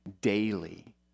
daily